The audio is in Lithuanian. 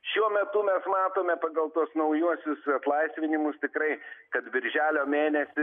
šiuo metu mes matome pagal tuos naujuosius atlaisvinimus tikrai kad birželio mėnesį